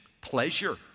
pleasure